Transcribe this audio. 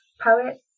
poets